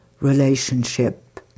relationship